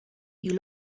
you